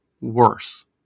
worse